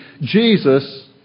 Jesus